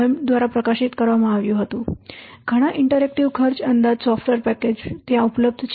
Barry Boehm દ્વારા પ્રકાશિત કરવામાં આવ્યું હતું ઘણા ઇન્ટરેક્ટિવ ખર્ચ અંદાજ સોફ્ટવેર પેકેજ ત્યાં ઉપલબ્ધ છે